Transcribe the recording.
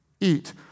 eat